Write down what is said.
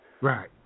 Right